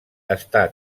està